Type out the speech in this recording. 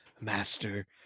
master